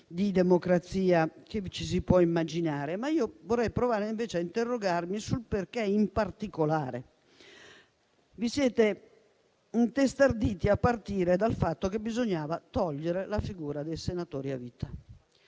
di democrazia che ci si può immaginare, ma vorrei provare a interrogarmi sul perché, in particolare, vi siete intestarditi sul fatto che bisognava togliere la figura dei senatori a vita.